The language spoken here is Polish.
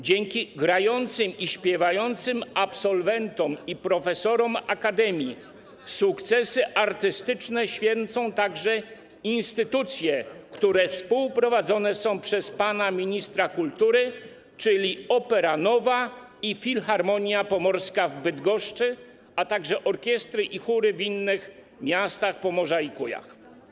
Dzięki grającym i śpiewającym absolwentom i profesorom akademii sukcesy artystyczne święcą także instytucje, które współprowadzone są przez pana ministra kultury, czyli Opera Nova i Filharmonia Pomorska w Bydgoszczy, a także orkiestry i chóry z innych miast Pomorza i Kujaw.